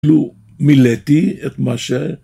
כאילו מילאתי את מה ש...